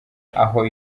aho